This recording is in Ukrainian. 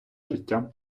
життя